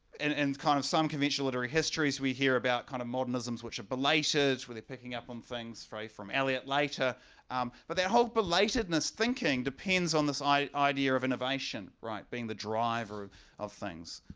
and and kind of some conventional literary histories we hear about kind of modernism's which are belated, where they're picking up on things from eliot later um but their whole belatedness thinking depends on this idea of innovation, right, being the driver of of things.